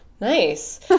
Nice